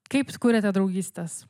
kaip kuriate draugystes